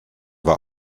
war